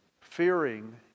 Fearing